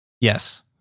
Yes